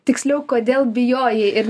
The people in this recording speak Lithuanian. tiksliau kodėl bijojai ir